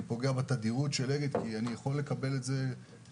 אני פוגע בתדירות של אגד כי אני יכול לקבל את זה בכסף,